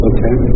Okay